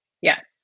Yes